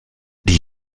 die